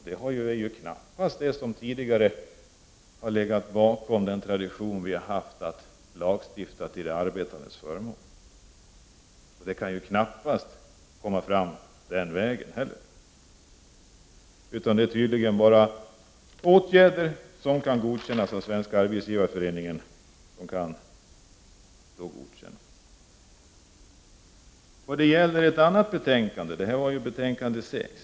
Det stämmer knappast med den tradition vi tidigare haft att lagstifta till de arbetandes förmån. Någon sådan lagstiftning kan knappast komma fram den väg som nu föreslås. Det är tydligen bara åtgärder som kan godkännas av Svenska arbetsgivareföreningen som kan genomföras. — Detta om betänkande 6.